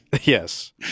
Yes